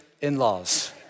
in-laws